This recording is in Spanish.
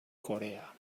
corea